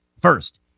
First